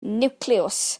niwclews